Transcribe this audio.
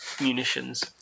munitions